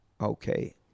okay